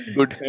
Good